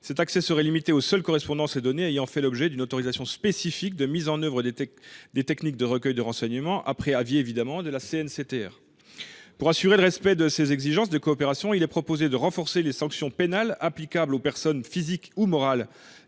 Cet accès serait limité aux seules correspondances et données ayant fait l’objet d’une autorisation spécifique de mise en œuvre des techniques de recueil de renseignements, après avis de la CNCTR. Afin de garantir le respect de ces exigences de coopération, il est proposé de renforcer les sanctions pénales applicables aux personnes physiques et morales